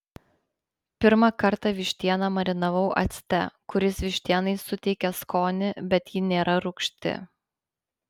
pirmą kartą vištieną marinavau acte kuris vištienai suteikia skonį bet ji nėra rūgšti